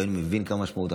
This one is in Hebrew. ואני מבין את המשמעות.